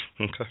Okay